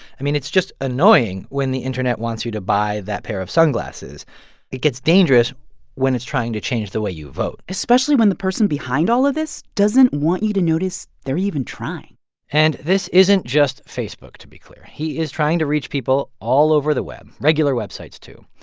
i mean, it's just annoying when the internet wants you to buy that pair of sunglasses it gets dangerous when it's trying to change the way you vote especially when the person behind all of this doesn't want you to notice they're even trying and this isn't just facebook, to be clear he is trying to reach people all over the web, regular websites, too.